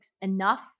enough